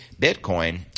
Bitcoin